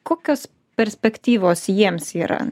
kokios perspektyvos jiems yra